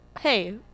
Hey